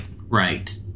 right